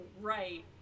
right